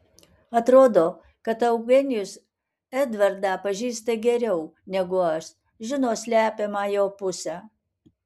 atrodo kad eugenijus edvardą pažįsta geriau negu aš žino slepiamą jo pusę